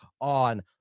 on